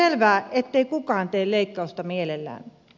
on selvää ettei kukaan tee leikkausta mielellään